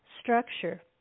structure